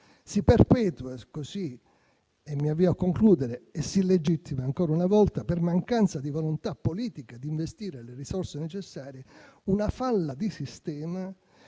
Si perpetua così - mi avvio a concludere - e si legittima ancora una volta, per mancanza di volontà politica di investire le risorse necessarie, una falla di sistema che